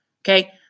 Okay